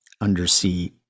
undersea